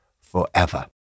forever